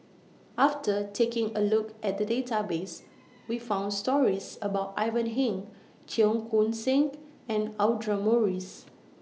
after taking A Look At The Database We found stories about Ivan Heng Cheong Koon Seng and Audra Morrice